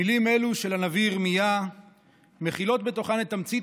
מילים אלו של הנביא ירמיה מכילות בתוכן את תמצית